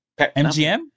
MGM